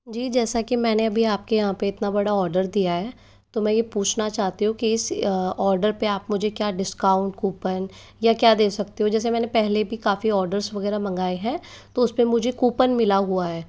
जी जैसा की मैंने अभी आपके यहाँ पर इतना बड़ा ऑर्डर दिया है तो मैं यह पूछना चाहती हूँ की इस ऑर्डर पर आप मुझे क्या डिस्काउंट कूपन या क्या दे सकते हो जैसे मैंने पहले भी काफी ऑर्डर्स वगैरह मंगाए है तो उसमें मुझे कूपन मिला हुआ है